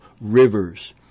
rivers